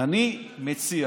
אני מציע